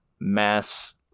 mass